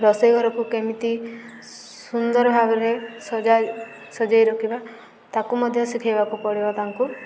ରୋଷେଇ ଘରକୁ କେମିତି ସୁନ୍ଦର ଭାବରେ ସଜେଇ ରଖିବା ତାକୁ ମଧ୍ୟ ଶିଖେଇବାକୁ ପଡ଼ିବ ତାଙ୍କୁ